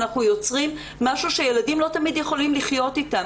אנחנו יוצרים משהו שילדים לא תמיד יכולים לחיות איתו.